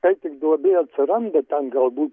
kai duobė atsiranda ten galbūt